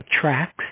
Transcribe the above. tracks